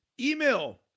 email